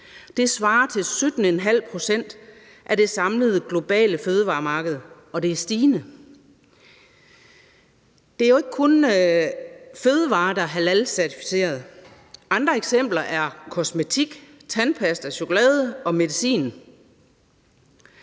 det svarer til 17 ½ pct. af det samlede globale fødevaremarked, og det er stigende. Det er jo ikke kun fødevarer, der er halalcertificerede. Andre eksempler er kosmetik, tandpasta, chokolade og medicin.